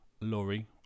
lorry